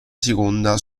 seconda